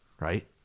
Right